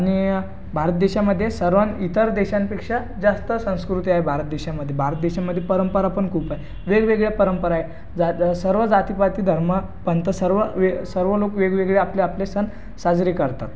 आणि भारत देशामध्ये सर्वां इतर देशांपेक्षा जास्त संस्कृती आहे भारत देशामध्ये भारत देशामध्ये परंपरा पण खूप आहे वेगवेगळ्या परंपरा आहे जात सर्व जातीपाती धर्म पंथ सर्व वे सर्व लोक वेगळेवेगळे आपले आपले सण साजरे करतात